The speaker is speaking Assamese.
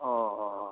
অ অ অ